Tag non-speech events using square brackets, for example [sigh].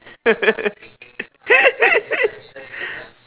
[laughs]